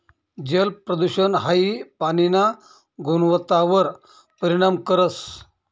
जलप्रदूषण हाई पाणीना गुणवत्तावर परिणाम करस